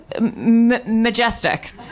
majestic